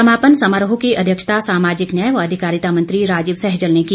समापन समारोह की अध्यक्षता सामाजिक न्याय व अधिकारिता मंत्री राजीव सहजल ने की